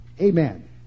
Amen